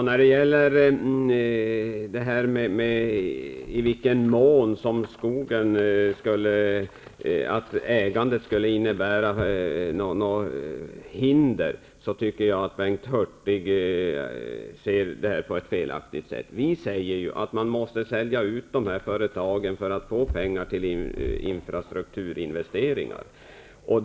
Fru talman! I vilken mån ägandet av skogen skulle innebära ett hinder tycker jag är en fråga som Bengt Hurtig ser på ett felaktigt sätt. Vi säger att man måste sälja ut företagen för att få pengar till infrastrukturinvesteringar.